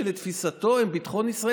שלתפיסתו הם ביטחון ישראל?